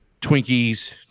Twinkies